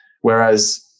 whereas